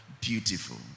Beautiful